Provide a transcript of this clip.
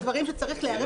זה דברים שצריך --- בהם,